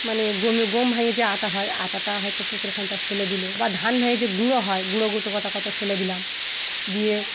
মানে গমের গম ভাঙে যে আটা হয় আটা হয়তো পুকুরের মাঝ খানটা ফেলে দিলো বা ধান ভাঙে যে গুঁড়ো হয় গুঁড়ো গুঁটো গোটা কত ফেলে দিলাম দিয়ে